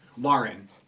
Lauren